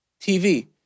TV